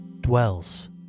dwells